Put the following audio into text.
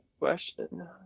question